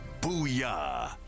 Booyah